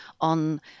on